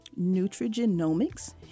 nutrigenomics